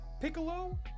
Piccolo